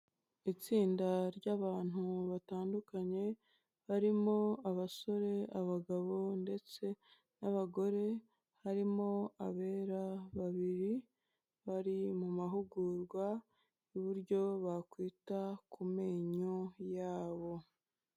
Itsinda ry'abantu batandukanye barimo abasore abagabo ndetse n'abagore harimo abera babiri bari mu mahugurwa y'uburyo bakwita ku menyo yabo.